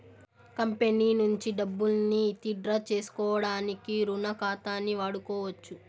company నుంచి డబ్బుల్ని withdraw సేసుకోడానికి రుణ ఖాతాని వాడుకోవచ్చు